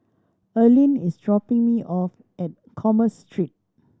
Erlene is dropping me off at Commerce Street